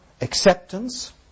acceptance